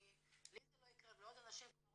לי זה לא יקרה ולרוב האנשים,